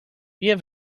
wir